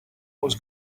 was